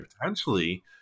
potentially